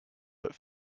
but